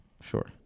Sure